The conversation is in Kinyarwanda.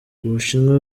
ubushinwa